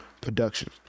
production